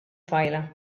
tfajla